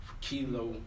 Kilo